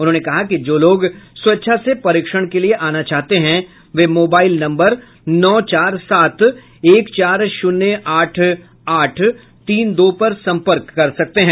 उन्होंने कहा कि जो लोग स्वेच्छा से परीक्षण के लिये आना चाहते हैं वे मोबाईल नम्बर नौ चार सात एक चार शून्य आठ आठ तीन दो पर संपर्क कर सकते हैं